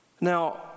now